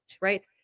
right